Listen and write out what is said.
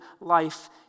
life